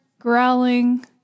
growling